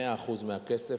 100% של הכסף,